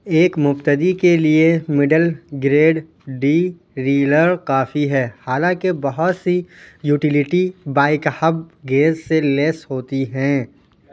ایک مبتدی کے لیے مڈل گریڈ ڈی ریلر کافی ہے حالاںکہ بہت سی یوٹیلیٹی بائک ہب گیز سے لیس ہوتی ہیں